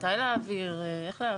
מתי להעביר, איך להעביר.